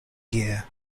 year